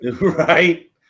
Right